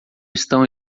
estão